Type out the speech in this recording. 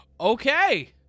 Okay